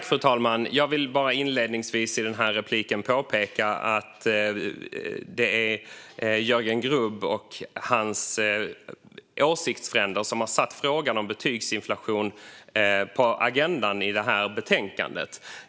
Fru talman! Jag vill inledningsvis påpeka att det är Jörgen Grubb och hans åsiktsfränder som har satt betygsinflation på agendan i det här betänkandet.